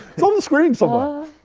it's on the screen somewhere.